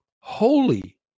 holy